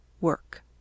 work